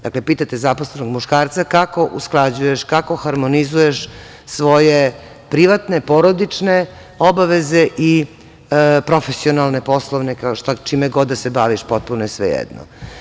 Dakle, pitate zaposlenog muškarca kao usklađuješ, kako harmonizuješ svoje privatne, porodične obaveze i profesionalne, poslovne, čime god da se baviš, potpuno je svejedno.